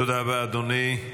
תודה רבה, אדוני.